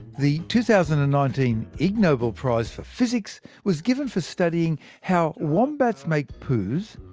the two thousand and nineteen ig nobel prize for physics was given for studying how wombats make poos,